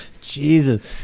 Jesus